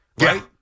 right